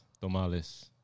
Tomales